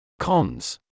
Cons